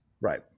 Right